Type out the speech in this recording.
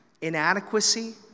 inadequacy